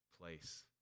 place